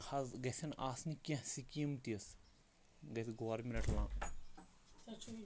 حظ گَژھن آسنہِ کیٚنٛہہ سِکیٖم تِژھ گژھِ گورمٮ۪نٛٹ لا